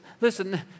Listen